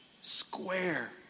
square